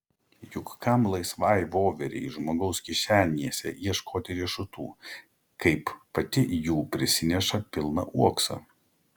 juk kam laisvai voverei žmogaus kišenėse ieškoti riešutų kaip pati jų prisineša pilną uoksą